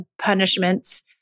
punishments